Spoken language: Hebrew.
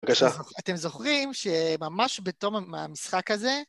בבקשה. אתם זוכרים שממש בתום המשחק הזה?